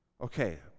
Okay